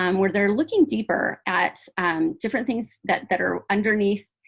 um where they're looking deeper at different things that that are underneath,